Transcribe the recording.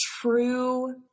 true